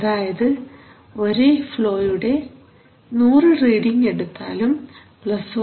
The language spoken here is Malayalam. അതായത് ഒരേ ഫ്ലോയുടെ 100 റീഡിങ് എടുത്താലും ± 0